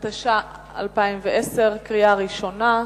התש"ע 2010, לקריאה ראשונה.